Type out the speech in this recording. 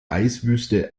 eiswüste